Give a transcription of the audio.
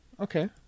okay